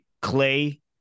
Clay